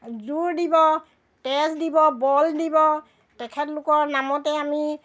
জোৰ দিব তেজ দিব বল দিব তেখেতলোকৰ নামতে আমি